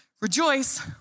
rejoice